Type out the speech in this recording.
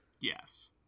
Yes